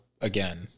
again